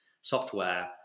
software